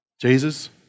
Jesus